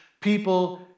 people